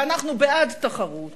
ואנחנו בעד תחרות